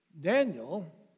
Daniel